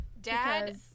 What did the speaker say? Dad